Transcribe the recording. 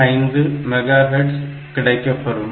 125 megahertz கிடைக்கபெறும்